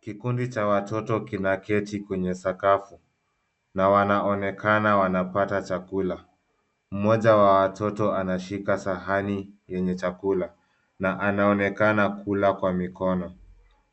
Kikundi cha watoto kinaketi kwenye sakafu na wanaonekana wanapata chakula. Mmoja wa watoto anashika sahani yenye chakula na anaonekana kula kwa mikono.